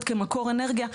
פסולת כמקור אנרגיה,